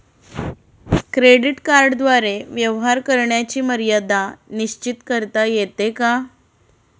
Credit कार्डद्वारे व्यवहार करण्याची मर्यादा निश्चित करता येते का?